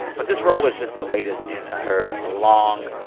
but this role was just the latest in her long,